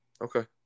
Okay